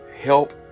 help